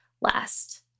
last